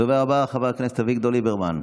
הדובר הבא, חבר הכנסת אביגדור ליברמן.